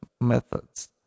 methods